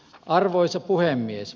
arvoisa puhemies